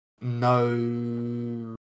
no